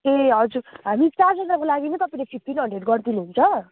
ए हजुर हामी चारजनाको लागि चाहिँ तपाईँले फिफ्टिन हन्ड्रेड गरिदिनु हुन्छ